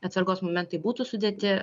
atsargos momentai būtų sudėti